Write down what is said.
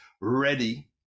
ready